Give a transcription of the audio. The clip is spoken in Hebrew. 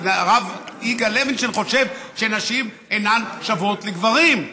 כי הרב יגאל לוינשטיין חושב שנשים אינן שוות לגברים,